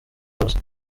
wose